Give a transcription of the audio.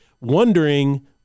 wondering